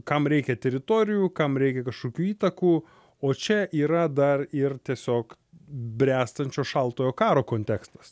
kam reikia teritorijų kam reikia kažkokių įtakų o čia yra dar ir tiesiog bręstančio šaltojo karo kontekstas